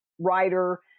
writer